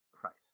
Christ